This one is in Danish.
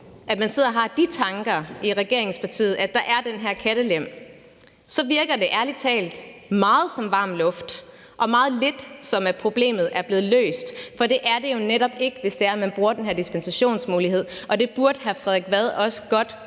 at man sidder og har de tanker i regeringspartiet, og at der er den her kattelem. Så virker det ærlig talt meget som varm luft og meget lidt, som om problemet er blevet løst, for det er det jo netop ikke, hvis man bruger den her dispensationsmulighed. Det burde hr. Frederik Vad også godt